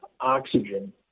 oxygen